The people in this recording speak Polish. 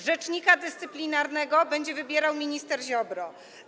Rzecznika dyscyplinarnego będzie wybierał minister Ziobro.